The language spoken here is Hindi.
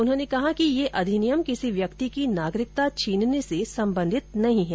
उन्होंने कहा कि यह अधिनियम किसी व्यक्ति की नागरिकता छीनने से संबधित नहीं है